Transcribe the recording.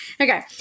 Okay